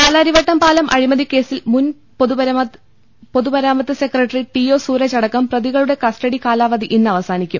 പാലാരിവട്ടം പാലം അഴിമതി ്കേസിൽ മുൻപൊതുമരാമത്ത് സെക്രട്ടറി ടി ഒ സൂരജ് അടക്കം പ്രതികളുടെ കസ്റ്റഡി കാലാ വധി ഇന്നവസാനിക്കും